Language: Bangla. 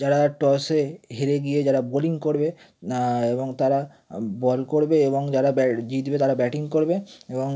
যারা টসে হেরে গিয়ে যারা বোলিং করবে এবং তারা বল করবে এবং যারা ব্যাট জিতবে তারা ব্যাটিং করবে এবং